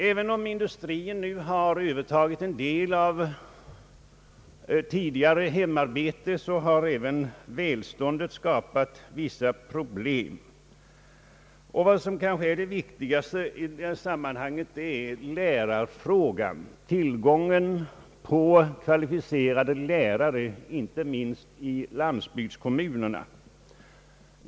även om industrin nu har övertagit en del av tidigare hemarbete, har välståndet skapat vissa nya problem. Det kanske viktigaste i detta sammanhang är lärarfrågan, alltså till Ang. vuxenutbildningen gången på kvalificerade lärare, inte minst i landsbygdskommunerna.